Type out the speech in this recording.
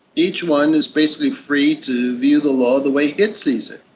each one is basically free to view the law the way it sees it.